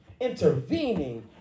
Intervening